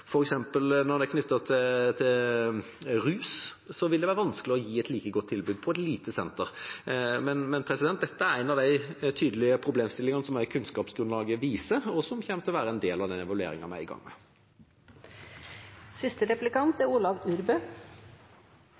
når det er knyttet til rus, vil det være vanskelig å gi et like godt tilbud på et lite senter. Men dette er en av de tydelige problemstillingene som også kunnskapsgrunnlaget viser, og som kommer til å være en del av den evalueringen vi er i gang med. For Senterpartiet vil det alltid vere viktig at det er